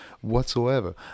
whatsoever